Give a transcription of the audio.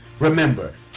Remember